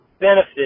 benefit